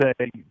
say